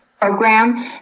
program